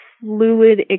fluid